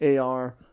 AR